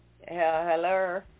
Hello